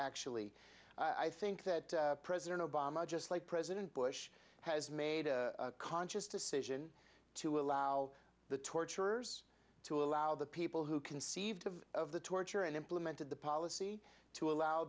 actually i think that president obama just like president bush has made a conscious decision to allow the torturers to allow the people who conceived of of the torture and implemented the policy to allow